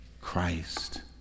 Christ